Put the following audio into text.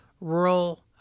rural